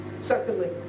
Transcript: Secondly